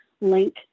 link